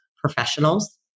professionals